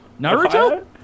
Naruto